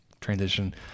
transition